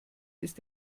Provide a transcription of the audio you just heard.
ist